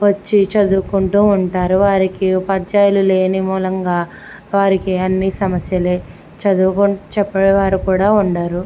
వచ్చి చదువుకుంటు ఉంటారు వారికి ఉపాధ్యాయులు లేని మూలంగా వారికి అన్నీ సమస్యలు చదువుకొని చెప్పే వారు కూడా ఉండరు